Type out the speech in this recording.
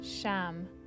Sham